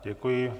Děkuji.